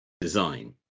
design